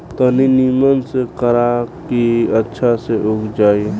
तनी निमन से करा की अच्छा से उग जाए